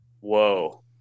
whoa